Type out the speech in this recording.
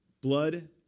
Blood